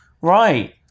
Right